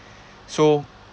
so